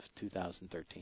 2013